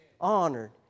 honored